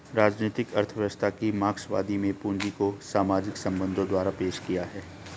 राजनीतिक अर्थव्यवस्था की मार्क्सवादी में पूंजी को सामाजिक संबंधों द्वारा पेश किया है